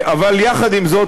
אבל יחד עם זאת,